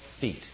feet